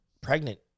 pregnant